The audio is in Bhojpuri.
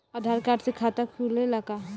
आधार कार्ड से खाता खुले ला का?